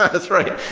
that's right.